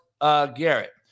Garrett